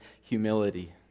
humility